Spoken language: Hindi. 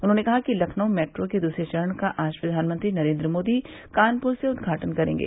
उन्होंने कहा लखनऊ मेट्रो के दूसरे चरण का आज प्रधानमंत्री नरेन्द्र मोदी कानपुर से उद्घाटन करेंगे